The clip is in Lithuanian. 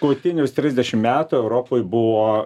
galutinius trisdešimt metų europoj buvo